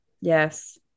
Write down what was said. Yes